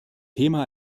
thema